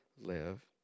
live